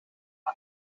van